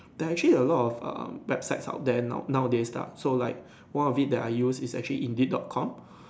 there are actually a lot of uh websites out there now nowadays lah so like one of it that I use is actually Indeed dot com